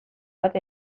bat